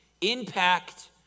impact